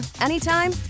anytime